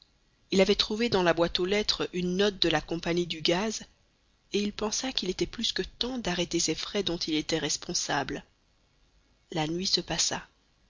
il avait trouvé dans la boîte aux lettres une note de la compagnie du gaz et il pensa qu'il était plus que temps d'arrêter ces frais dont il était responsable la nuit se passa